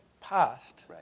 past